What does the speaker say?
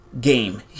game